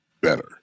better